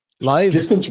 Live